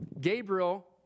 Gabriel